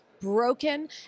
broken